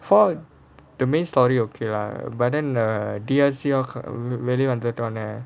four the main story okay lah but then err D_S_C very underground eh